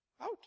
out